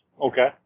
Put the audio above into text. Okay